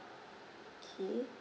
okay